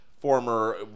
former